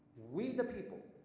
we the people